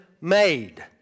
made